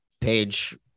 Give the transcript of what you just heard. page